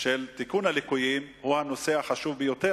התיקון של הליקויים הוא הנושא החשוב ביותר,